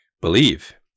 believe